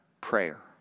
prayer